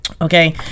Okay